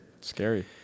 Scary